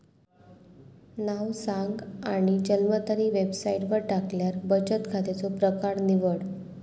नाव सांग आणि जन्मतारीख वेबसाईटवर टाकल्यार बचन खात्याचो प्रकर निवड